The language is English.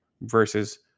versus